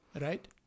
Right